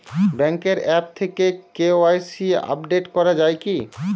ব্যাঙ্কের আ্যপ থেকে KYC update করা যায় কি?